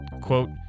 Quote